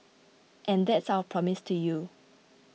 and that's our promise to you